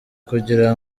kugira